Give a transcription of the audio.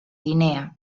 guinea